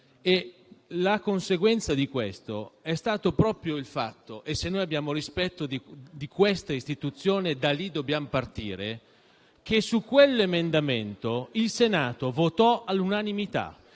la conseguenza è stata proprio il fatto (e se abbiamo rispetto di questa istituzione, da lì dobbiamo partire) che su quell'emendamento il Senato votò all'unanimità,